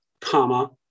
comma